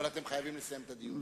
אבל אתם חייבים לסיים את הדיון.